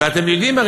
ואתם הרי יודעים,